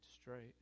straight